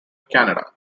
canada